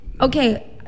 okay